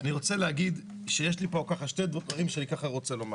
אני רוצה להגיד שיש לי שני דברים שאני רוצה לומר: